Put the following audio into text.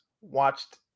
watched